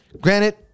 Granted